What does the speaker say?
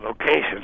locations